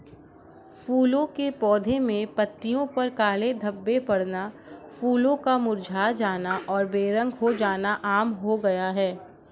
फूलों के पौधे में पत्तियों पर काले धब्बे पड़ना, फूलों का मुरझा जाना और बेरंग हो जाना आम हो गया है